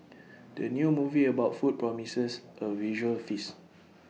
the new movie about food promises A visual feast